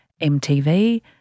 MTV